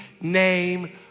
name